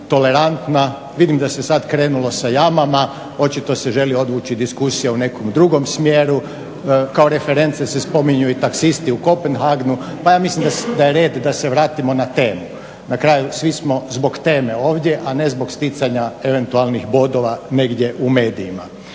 tolerantna, vidim da se sada krenuli sa jamama, očito se želi odvući diskusija u nekom drugom smjeru, kao referenca se spominju i taksisti u Kopenhagenu pa ja mislim da je red da se vratimo na temu. Na kraju svi smo zbog teme ovdje, a ne zbog sticanja eventualnih bodova negdje u medijima.